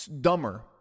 dumber